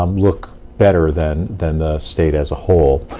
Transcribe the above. um look better than than the state, as a whole,